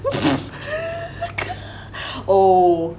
oh